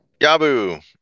Yabu